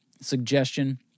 suggestion